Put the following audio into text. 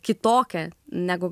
kitokia negu